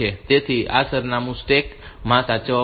તેથી આ સરનામું સ્ટેક માં સાચવવામાં આવે છે